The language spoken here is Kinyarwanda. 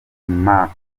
mark